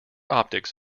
optics